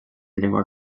llengua